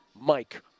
Mike